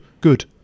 good